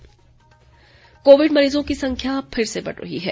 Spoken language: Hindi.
कोविड संदेश कोविड मरीजों की संख्या फिर से बढ़ रही है